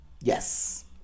Yes